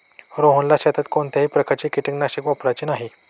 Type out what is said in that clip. रोहनला शेतात कोणत्याही प्रकारचे कीटकनाशक वापरायचे नाही